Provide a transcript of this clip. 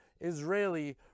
Israeli